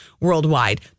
worldwide